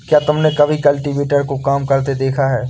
क्या तुमने कभी कल्टीवेटर को काम करते देखा है?